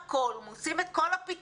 שעושים הכל, מוצאים את כל הפתרונות.